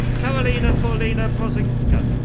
karolina paulina brozynska.